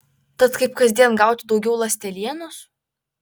tad kaip kasdien gauti daugiau ląstelienos